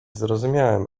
zrozumiałem